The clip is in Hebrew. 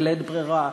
בלית ברירה.